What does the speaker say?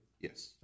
Yes